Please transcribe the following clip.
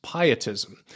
pietism